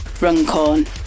Runcorn